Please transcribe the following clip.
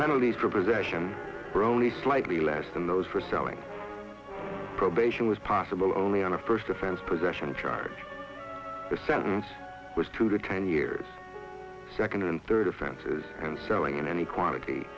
generally for possession for only slightly less than those for selling probation was possible only on a first offense possession charge the sentence was two to ten years second and third offenses and selling in any quantity